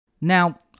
Now